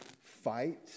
fight